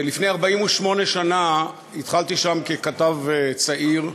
לפני 48 שנה התחלתי שם ככתב צעיר,